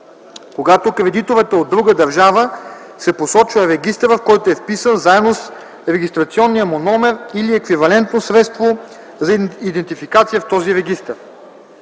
Когато кредиторът е от друга държава, се посочва регистърът, в който е вписан, заедно с регистрационния му номер или еквивалентно средство за идентификация в този регистър.